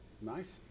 nice